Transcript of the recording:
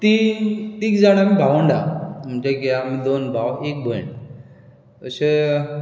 तीन तीग जाणां भावंडां म्हणजे की आमी दोन भाव एक भयण अशें